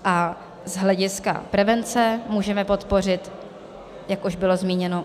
A z hlediska prevence můžeme podpořit, jak už bylo zmíněno...